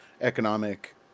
economic